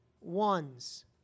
ones